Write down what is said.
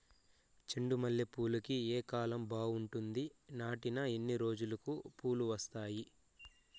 చెండు మల్లె పూలుకి ఏ కాలం బావుంటుంది? నాటిన ఎన్ని రోజులకు పూలు వస్తాయి?